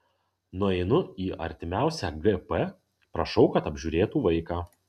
nueinu į artimiausią gp prašau kad apžiūrėtų vaiką